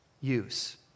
use